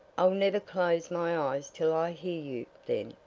i'll never close my eyes till i hear you, then,